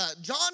John